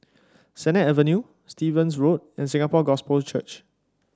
Sennett Avenue Stevens Road and Singapore Gospel Church